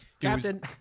Captain